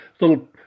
little